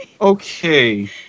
Okay